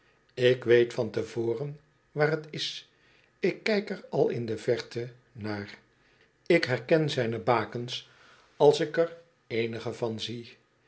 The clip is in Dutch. ik weet van te voren waar het is ik kijk er al in de verte naar ik herken zijne bakens als ik er eenige van zie